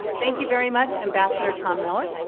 thank you very much, ambassador tom miller,